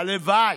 הלוואי.